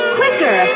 quicker